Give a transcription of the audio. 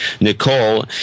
Nicole